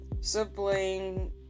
sibling